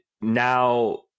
now